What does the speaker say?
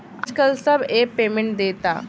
आजकल सब app payment देता